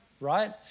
right